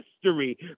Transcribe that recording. history